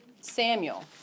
Samuel